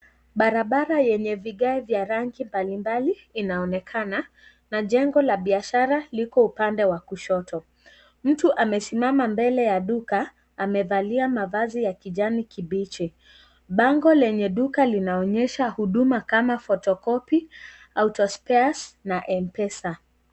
Barabara yenye vigae vya rangi mbalimbali inaonekana na jengo la biashara liko upande wa kushoto. Mtu amesimama mbele ya duka amevalia mavazi ya kijani kibichi bango lenye duka kinaonyesha huduma kama (cs) photocopy auto spares (CS) na mpesa.